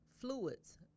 Fluids